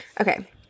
Okay